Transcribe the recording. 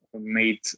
made